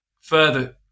further